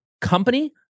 company